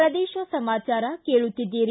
ಪ್ರದೇಶ ಸಮಾಚಾರ ಕೇಳುತ್ತಿದ್ದೀರಿ